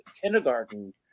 kindergarten